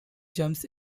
jumps